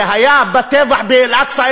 זה היה בטבח באל-אקצא,